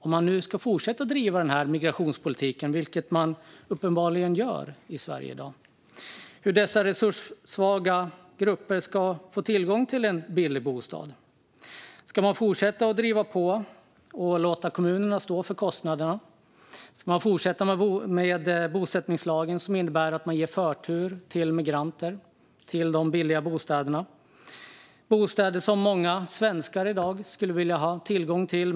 Om man nu ska fortsätta att driva migrationspolitiken, vilket man uppenbarligen gör i Sverige i dag, är frågan hur dessa resurssvaga grupper ska få tillgång till en billig bostad. Ska man fortsätta att driva på och låta kommunerna stå för kostnaderna? Ska man fortsätta med bosättningslagen, som innebär att man ger förtur till de billiga bostäderna till migranter? Det är bostäder som många svenskar i dag skulle vilja ha tillgång till.